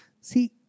See